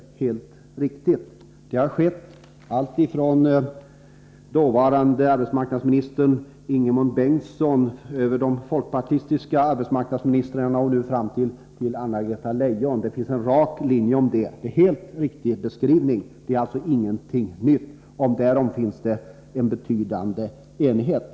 Det är en helt riktig beskrivning. Det går i det avseendet en rak linje från dåvarande arbetsmarknadsminister Ingemund Bengtsson via de folkpartistiska arbetsmarknadsministrarna och fram till Anna-Greta Leijon. Det är ingenting nytt, och om detta finns det en betydande enighet.